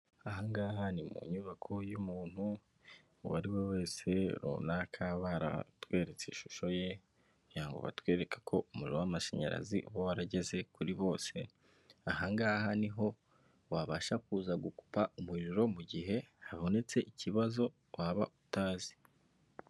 Aha ngaha ni mu nyubako y'umuntu uwo ari we wese runaka, baratweretse ishusho ye kugira ngo batwereka ko umuriro w'amashanyarazi uba warageze kuri bose, aha ngaha niho wabasha kuza gukupa umuriro mu gihe habonetse ikibazo waba utazi.